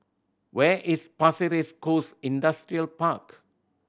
where is Pasir Ris Coast Industrial Park